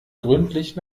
gründlich